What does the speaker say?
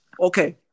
Okay